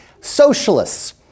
Socialists